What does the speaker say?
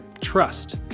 trust